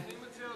אני מציע,